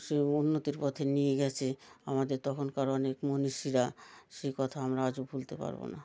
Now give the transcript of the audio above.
সে উন্নতির পথে নিয়ে গেছে আমাদের তখনকার অনেক মনীষীরা সে কথা আমরা আজও ভুলতে পারব না